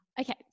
okay